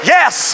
Yes